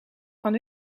van